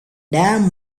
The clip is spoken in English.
damn